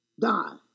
die